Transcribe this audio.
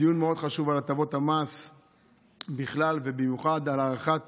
דיון מאוד חשוב על הטבות המס בכלל ובמיוחד על הארכת